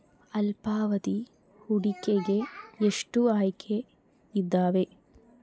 ಅಲ್ಪಾವಧಿ ಹೂಡಿಕೆಗೆ ಎಷ್ಟು ಆಯ್ಕೆ ಇದಾವೇ?